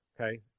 Okay